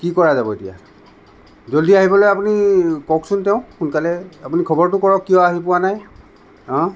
কি কৰা যাব এতিয়া জল্দি আহিবলৈ আপুনি কওকচোন তেওঁক সোনকালে আপুনি খবৰটো কৰক কিয় আহি পোৱা নাই অঁ